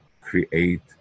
create